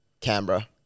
Canberra